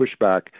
pushback